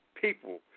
people